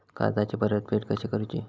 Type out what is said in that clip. कर्जाची परतफेड कशी करूची?